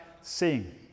seeing